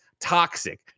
toxic